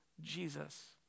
Jesus